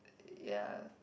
ya